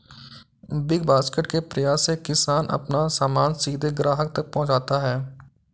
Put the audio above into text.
big basket के प्रयास से किसान अपना सामान सीधे ग्राहक तक पहुंचाता है